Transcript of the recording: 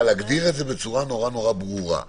להגדיר את זה בצורה ברורה מאוד,